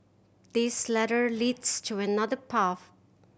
this ladder leads to another path